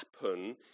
happen